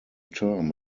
term